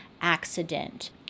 accident